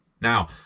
Now